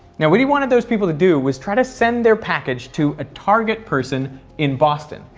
now what he wanted those people to do was try to send their package to a target person in boston,